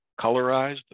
colorized